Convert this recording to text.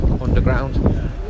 underground